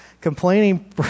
Complaining